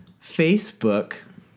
Facebook